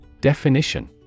Definition